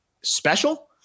special